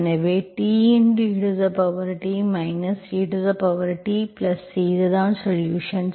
எனவே t et etC இதுதான் solutions